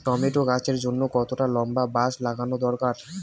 Tomato গাছের জন্যে কতটা লম্বা বাস লাগানো দরকার?